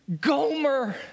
Gomer